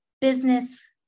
business